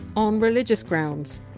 on religious grounds.